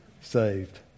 saved